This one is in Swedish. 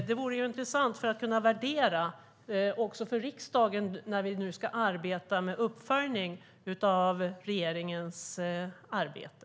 Det vore intressant att veta för att kunna värdera detta, också för riksdagen när vi nu ska arbeta med uppföljning av regeringens arbete.